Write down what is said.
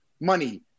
money